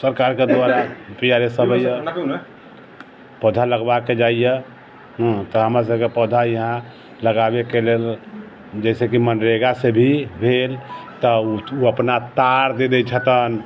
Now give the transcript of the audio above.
सरकारके दुआरा P R S अबैए पौधा लगबाके जाइए हुँ तऽ हमरसबके पौधा यहाँ लगाबैके लेल जइसे कि मनरेगासँ भी भेल तऽ ओ अपना तार दऽ दै छथिन